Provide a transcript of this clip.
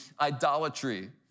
idolatry